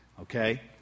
Okay